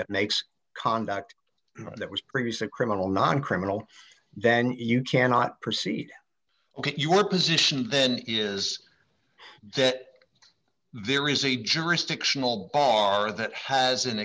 that makes conduct that was previously criminal non criminal then you cannot proceed ok you were positioned then is that there is a jurisdictional bar that has an